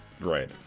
Right